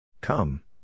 come